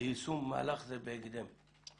ליישום מהלך זה בהקדם.